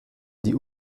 die